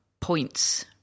points